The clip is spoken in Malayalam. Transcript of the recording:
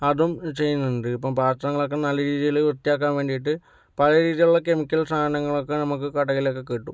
അതും ചെയ്യുന്നുണ്ട് ഇപ്പോൾ പാത്രങ്ങളൊക്കെ നല്ല രീതിയിൽ വൃത്തിയാക്കാൻ വേണ്ടിയിട്ട് പല രീതിയിലുള്ള കെമിക്കൽ സാധനങ്ങളൊക്കെ നമുക്ക് കടയിലൊക്കെ കിട്ടും